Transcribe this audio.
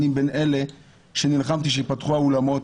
אני בין אלה שנלחמו שייפתחו האולמות